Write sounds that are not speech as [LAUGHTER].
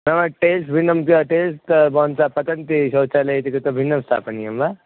नाम टेल्स् भिन्नं [UNINTELLIGIBLE] टेल्स् भवन्तः पतन्ति शौचालयति कृत्वा भिन्नं स्थापनीयं वा